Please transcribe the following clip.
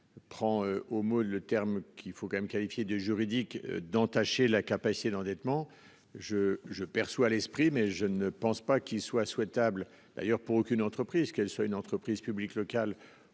Prends au mot le terme qu'il faut quand même qualifié de. D'entacher la capacité d'endettement je je perçois l'esprit mais je ne pense pas qu'il soit souhaitable d'ailleurs pour aucune entreprise qu'elle soit une entreprise publique locale